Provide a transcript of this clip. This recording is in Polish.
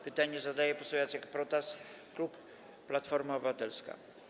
Pytanie zadaje poseł Jacek Protas, klub Platforma Obywatelska.